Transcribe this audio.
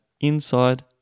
inside